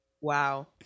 wow